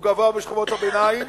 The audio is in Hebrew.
הוא גבוה בשכבות הביניים,